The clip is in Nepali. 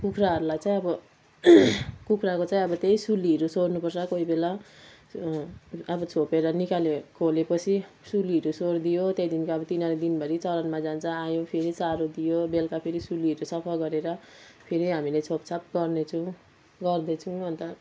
कुखुराहरूलाई चाहिँ अब कुखुराको चाहिँ अब त्यही सुलीहरू सोहोर्नुपर्छ कोही बेला अब छोपेर निकाले खोलेपछि सुलीहरू सोहोरिदियो त्यहाँदेखिनको अब तिनीहरू दिनभरि चरनमा जान्छ आयो फेरि चारो दियो बेलुका फेरि सुलीहरू सफा गरेर फेरि हामीले छोपछाप गर्नेछौँ गर्दैछौँ अनि त